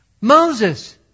Moses